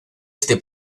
este